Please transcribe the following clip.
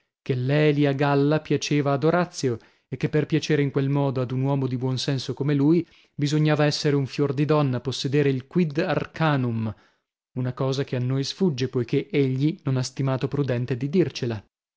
che lelia galla piaceva ad orazio e che per piacere in quel modo ad un uomo di buon naso come lui bisognava essere un fior di donna possedere il quid arcanum una cosa che a noi sfugge poichè egli non ha stimato prudente di dircela